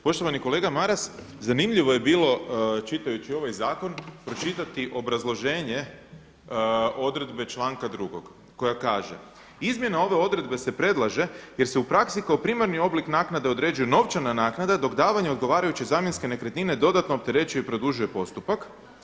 Poštovani kolega Maras, zanimljivo je bilo čitajući ovaj zakon pročitati obrazloženje odredbe članka 2. koja kaže: „Izmjena ove odredbe se predlaže jer se u praksi kao primarni oblik naknade određuje novčana naknada dok davanje odgovarajuće zamjenske nekretnine dodatno opterećuje i produžuje postupak“